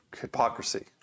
hypocrisy